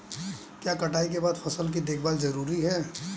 क्या कटाई के बाद फसल की देखभाल जरूरी है?